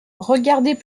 regardez